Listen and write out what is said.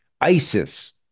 ISIS